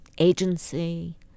agency